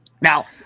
Now